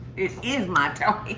is is my toy.